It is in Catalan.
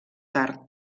tard